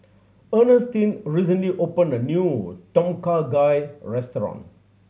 Earnestine recently opened a new Tom Kha Gai restaurant